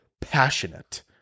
passionate